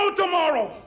tomorrow